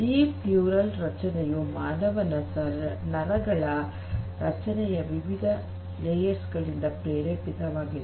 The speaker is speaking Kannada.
ಡೀಪ್ ನ್ಯೂರಲ್ ರಚನೆಯು ಮಾನವನ ನರಗಳ ರಚನೆಯ ವಿವಿಧ ಪದರಗಳಿಂದ ಪ್ರೇರೇಪಿತವಾಗಿದೆ